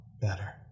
better